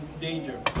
danger